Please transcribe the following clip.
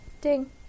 Ding